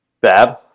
bad